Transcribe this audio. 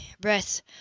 breath